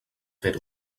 fer